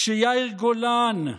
כשיאיר גולן,